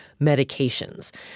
medications